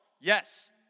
Yes